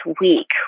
week